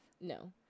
no